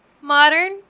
modern